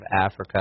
Africa